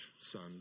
son